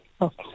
Okay